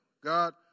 God